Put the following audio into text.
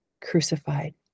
crucified